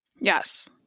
Yes